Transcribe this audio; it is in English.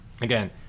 again